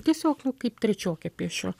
tiesiog nu kaip trečiokė piešiu